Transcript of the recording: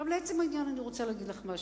לעצם העניין אני רוצה להגיד לך משהו.